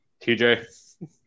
TJ